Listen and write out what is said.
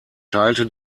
teilte